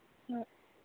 ꯍꯣꯏ